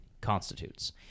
constitutes